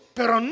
pero